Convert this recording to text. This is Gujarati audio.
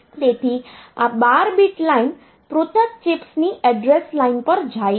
તેથી આ 12 બીટ લાઇન પૃથક ચિપ્સની એડ્રેસ લાઇન પર જાય છે